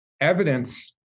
evidence